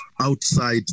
outside